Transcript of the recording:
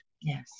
Yes